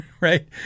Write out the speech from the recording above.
Right